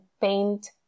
paint